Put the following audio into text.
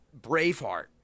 Braveheart